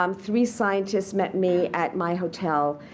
um three scientists met me at my hotel.